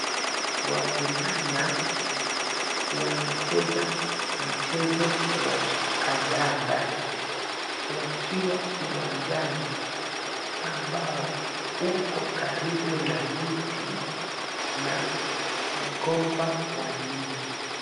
Wavulana wanacheza mchezo wa kandanda wakiwa uwanjani ambao uko karibu na miti na mgomba wa ndizi.